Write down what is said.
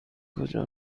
کجا